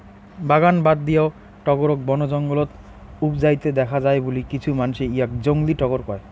বাগান বাদ দিয়াও টগরক বনজঙ্গলত উবজাইতে দ্যাখ্যা যায় বুলি কিছু মানসি ইয়াক জংলী টগর কয়